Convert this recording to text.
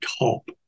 top